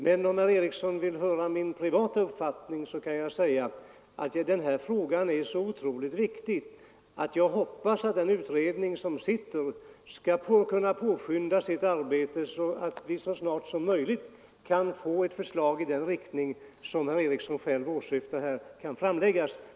Men om herr Ericson vill höra min privata uppfattning, kan jag säga att denna fråga är så viktig att jag hoppas att den utredning som sitter skall kunna påskynda sitt arbete så att vi så snart som möjligt kan framlägga ett förslag i den riktning som herr Ericson åsyftar.